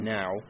now